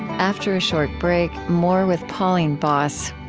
after a short break, more with pauline boss.